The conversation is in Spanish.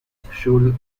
school